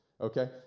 Okay